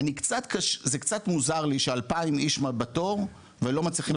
זה קצת מוזר לי ש-2000 איש בתור ולא מצליחים למצוא.